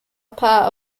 part